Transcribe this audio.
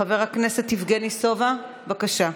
חבר הכנסת יבגני סובה, בבקשה.